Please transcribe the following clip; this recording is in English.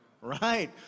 Right